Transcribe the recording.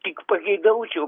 tik pageidaučiau